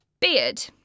beard